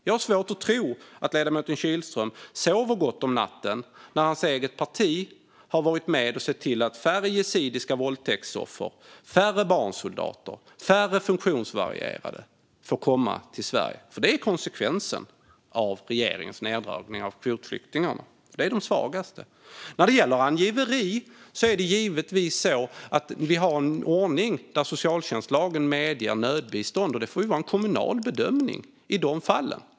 Jag har svårt att tro att ledamoten Kihlström sover gott om natten när hans eget parti har varit med om att se till att färre yazidiska våldtäktsoffer, färre barnsoldater och färre funktionsvarierade får komma till Sverige, för det är konsekvensen av regeringens neddragning på kvotflyktingar, som är de svagaste. När det gäller angiveri har vi en ordning där socialtjänstlagen medger nödbistånd, och det får vara en kommunal bedömning i de fallen.